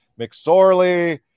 McSorley